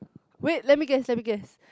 wait let me guess let me guess